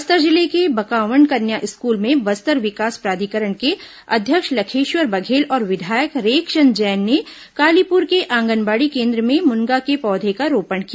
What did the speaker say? बस्तर जिले के बकावंड कन्या स्कूल में बस्तर विकास प्राधिकरण के अध्यक्ष लखेश्वर बघेल और विधायक रेखचंद जैन ने कालीपुर के आंगनबाड़ी केन्द्र में मुनगा के पौधे का रोपण किया